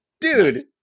dude